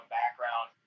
background